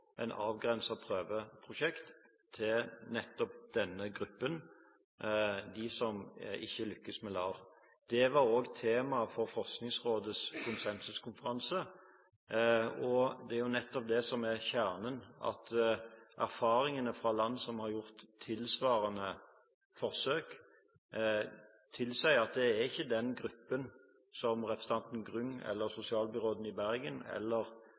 prøveprosjekt til nettopp denne gruppen: de som ikke lykkes med LAR. Det var også temaet for Forskningsrådets konsensuskonferanse. Det er nettopp det som er kjernen: Erfaringene fra land som har gjort tilsvarende forsøk, tilsier at det ikke er den gruppen som representanten Grung, sosialbyråden i Bergen eller